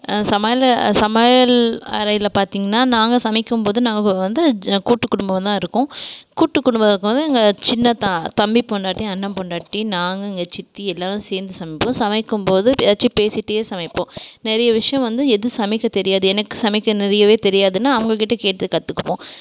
சமையல் சமையல் அறையில் பார்த்தீங்கன்னா நாங்கள் சமைக்கும்போது நாங்கள் வந்து கூட்டுக் குடும்பமாதா இருக்கோம் கூட்டுக் குடும்பம்ங்கும்போது எங்கள் சின்ன அத்தான் தம்பி பொண்டாட்டி அண்ணன் பொண்டாட்டி நாங்கள் எங்கள் சித்தி எல்லோரும் சேர்ந்து சமைப்போம் சமைக்கும்போது எதாச்சும் பேசிட்டே சமைப்போம் நிறையா விஷயம் வந்து எது சமைக்க தெரியாது எனக்கு சமைக்க நிறையவே தெரியாதுன்னா அவங்ககிட்ட கேட்டு கற்றுக்குவோம்